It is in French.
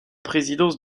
présidence